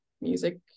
music